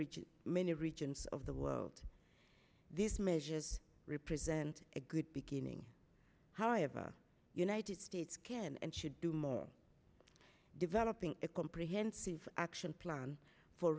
regions many regions of the world these measures represent a good beginning however united states can and should do more developing a comprehensive action plan for